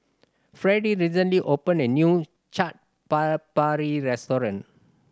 Fredie recently opened a new Chaat Papri Restaurant